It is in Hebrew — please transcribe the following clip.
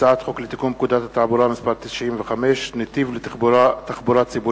הצעת חוק לתיקון פקודת התעבורה (מס' 95) (נתיב לתחבורה ציבורית),